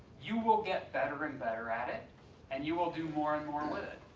you will get better and better at it and you will do more and more with it.